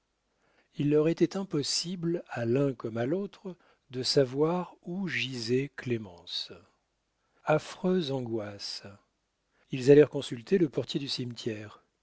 il leur était impossible à l'un comme à l'autre de savoir où gisait clémence affreuse angoisse ils allèrent consulter le portier du cimetière